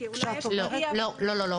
לא, לא.